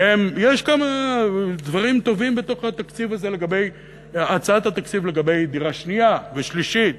יש כמה דברים טובים בתוך הצעת התקציב הזה לגבי דירה שנייה ושלישית,